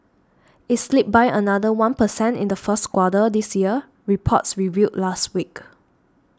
it slipped by another one per cent in the first quarter this year reports revealed last week